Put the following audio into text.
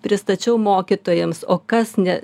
pristačiau mokytojams o kas ne